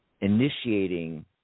initiating